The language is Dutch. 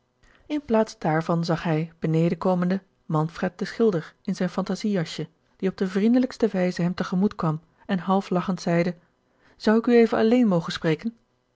in plaats daarvan zag hij beneden komende manfred den schilder in zijn fantasie jasje die op de vriendelijkste wijze hem te gemoet kwam en half lachend zeide zou ik u even alleen mogen spreken